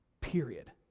period